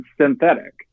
synthetic